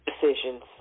decisions